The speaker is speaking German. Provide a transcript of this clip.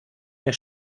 mir